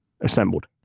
assembled